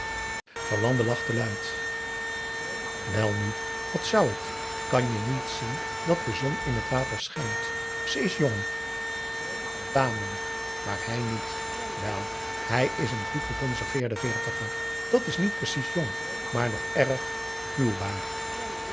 verlande lachte luid welnu wat zou het kan je niet zien dat de zon in het water schijnt ze is jong tamelijk maar hij niet wel hij is n goed geconserveerde veertiger dat is niet precies jong maar nog erg huwbaar